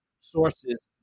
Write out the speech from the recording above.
sources